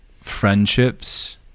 friendships